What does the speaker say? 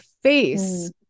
face